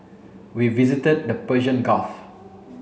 we visited the Persian Gulf